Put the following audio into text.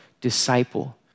disciple